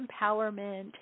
empowerment